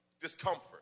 discomfort